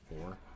Four